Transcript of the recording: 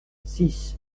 six